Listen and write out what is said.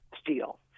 steel